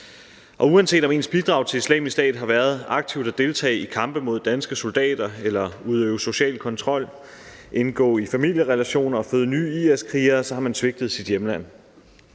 Uanset om ens bidrag til Islamisk Stat har været aktivt at deltage i kampe mod danske soldater, udøve social kontrol, indgå i familierelationer eller føde nye IS-krigere har man svigtet sit hjemland.